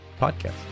podcast